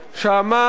שאמר: